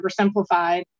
oversimplified